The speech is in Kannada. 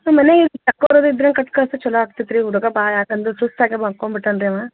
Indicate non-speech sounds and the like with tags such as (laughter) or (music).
ಮನೆ (unintelligible) ಕೊಟ್ಟು ಕಳ್ಸ್ರಿ ಚಲೋ ಆಗ್ತಿತ್ತು ರೀ ಹುಡುಗ ಭಾಳ ಯಾಕೆ ಅಂದ್ರೆ ಸುಸ್ತಾಗಿ ಮಲ್ಕೊಂಬಿಟ್ಟಾನೆ ರೀ ಅವ